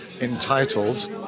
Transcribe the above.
entitled